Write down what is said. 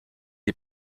est